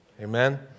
amen